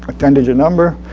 a ten digit number,